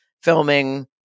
Filming